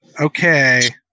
Okay